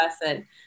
person